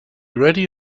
ready